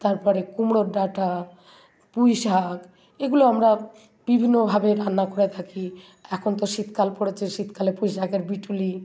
তারপরে কুমড়োর ডাঁটা পুঁই শাক এগুলো আমরা বিভিন্নভাবে রান্না করে থাকি এখন তো শীতকাল পড়েছে শীতকালে পুঁই শাকের বিটুলি